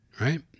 right